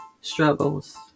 struggles